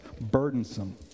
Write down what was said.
burdensome